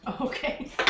Okay